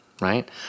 Right